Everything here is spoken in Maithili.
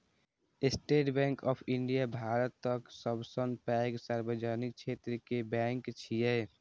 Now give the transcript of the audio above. स्टेट बैंक ऑफ इंडिया भारतक सबसं पैघ सार्वजनिक क्षेत्र के बैंक छियै